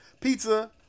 pizza